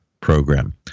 program